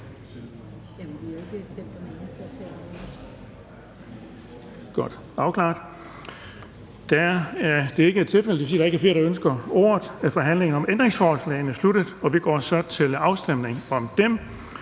Det er der ikke, så forhandlingen om ændringsforslaget er sluttet, og vi går nu til afstemning om